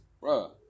bro